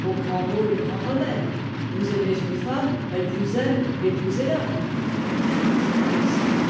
aux grands maux les grands remèdes vous aimez une femme elle vous aime épousez la c'est impossible